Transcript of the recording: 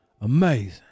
Amazing